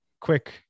quick